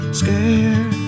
scared